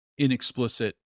inexplicit